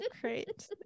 great